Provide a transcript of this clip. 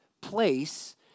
place